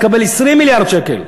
תקבל 20 מיליארד שקל.